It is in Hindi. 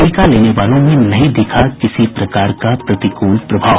टीका लेने वालों में नहीं दिखा किसी प्रकार का प्रतिकूल प्रभाव